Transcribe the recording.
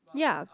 ya